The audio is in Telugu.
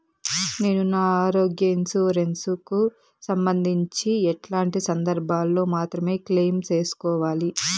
నేను నా ఆరోగ్య ఇన్సూరెన్సు కు సంబంధించి ఎట్లాంటి సందర్భాల్లో మాత్రమే క్లెయిమ్ సేసుకోవాలి?